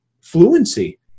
fluency